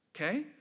okay